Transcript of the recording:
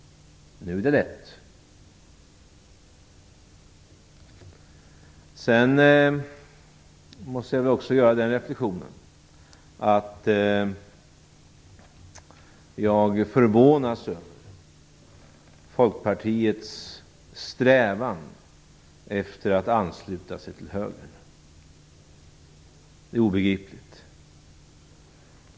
Men nu är det lätt! Jag förvånas över Folkpartiets strävan efter att ansluta sig till högern. Det är obegripligt.